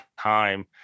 time